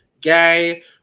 Gay